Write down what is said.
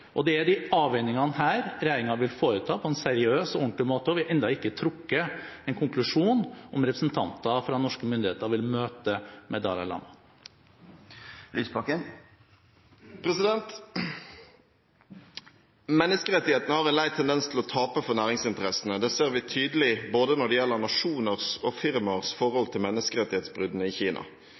Det er disse avveiningene regjeringen vil foreta, på en seriøs og ordentlig måte, og vi har ennå ikke trukket en konklusjon om hvorvidt representanter fra norske myndigheter vil møte Dalai Lama. Menneskerettighetene har en lei tendens til å tape for næringsinteressene. Det ser vi tydelig både når det gjelder nasjoners og firmaers forhold til menneskerettighetsbruddene i Kina.